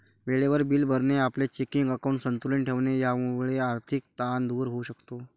वेळेवर बिले भरणे, आपले चेकिंग अकाउंट संतुलित ठेवणे यामुळे आर्थिक ताण दूर होऊ शकतो